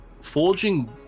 forging